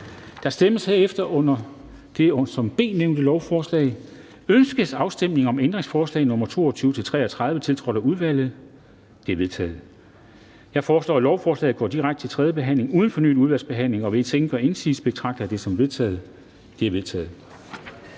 og markedsføring af lattergas til forbrugere]: Ønskes afstemning om ændringsforslag nr. 22-33, tiltrådt af udvalget? De er vedtaget. Jeg foreslår, at lovforslagene går direkte til tredje behandling uden fornyet udvalgsbehandling. Hvis ingen gør indsigelse, betragter jeg det som vedtaget. Det er vedtaget.